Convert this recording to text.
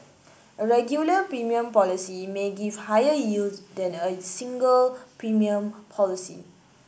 a regular premium policy may give higher yield than a single premium policy